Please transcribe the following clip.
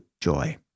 joy